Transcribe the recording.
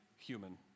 human